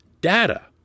data